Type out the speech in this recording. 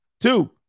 Two